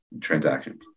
transactions